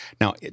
Now